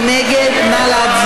מי נגד?